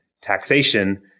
taxation